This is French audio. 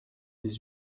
dix